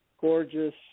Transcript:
Gorgeous